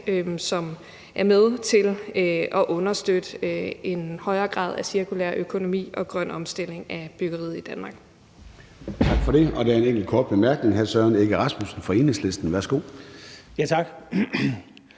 som er med til at understøtte en højere grad af cirkulær økonomi og en grøn omstilling af byggeriet i Danmark.